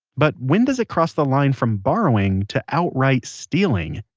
but when does it cross the line from borrowing to outright stealing?